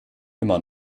immer